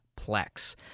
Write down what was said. Plex